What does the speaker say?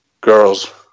Girls